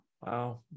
Wow